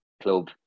Club